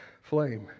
flame